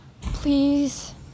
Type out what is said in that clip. Please